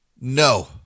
no